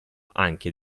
anche